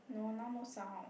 no now no sound